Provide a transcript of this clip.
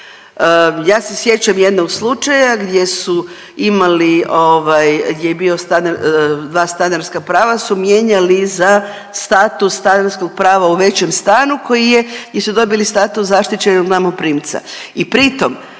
Ja se sjećam jednog slučaja gdje su imali, gdje je bio dva stanarska prava su mijenjali za status stanarskog prava u većem stanu koji je gdje su dobili status zaštićenog najmoprimca